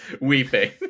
weeping